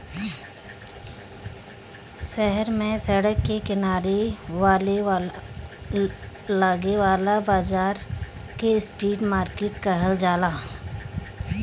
शहर में सड़क के किनारे लागे वाला बाजार के स्ट्रीट मार्किट कहल जाला